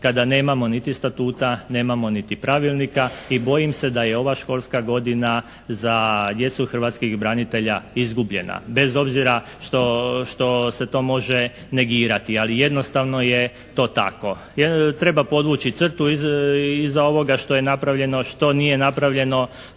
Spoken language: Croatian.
kada nemamo niti statuta, nemamo niti pravilnika i bojim se da je ova školska godina za djecu hrvatskih branitelja izgubljena? Bez obzira što se to može negirati. Ali jednostavno je to tako. Treba podvući crtu iza ovoga što je napravljeno, što nije napravljeno